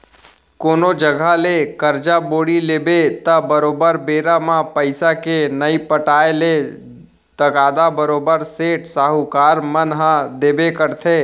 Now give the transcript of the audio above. कोनो जघा ले करजा बोड़ी लेबे त बरोबर बेरा म पइसा के नइ पटाय ले तगादा बरोबर सेठ, साहूकार मन ह देबे करथे